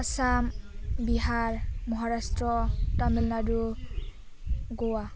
Assam Bihar Maharashtra Tamil Nadu Goa